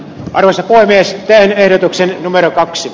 arvoisa puhemies ja ehdotuksen numero kaksi